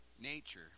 nature